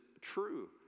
true